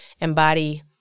embody